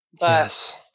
Yes